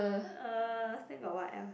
uh still got what else